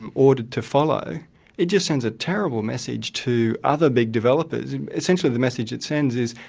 and ordered to follow' it just sends a terrible message to other big developers. essentially the message it sends is,